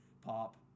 pop